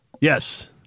Yes